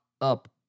Up